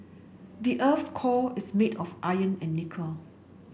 the earth's core is made of iron and nickel